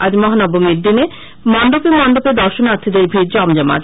আজ মহানবমীর দিনে মন্ডপে মন্ডপে দর্শনার্থীদের ভীড় জমজমাট